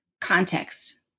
context